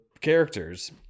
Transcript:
characters